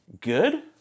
good